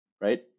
right